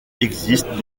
existent